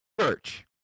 church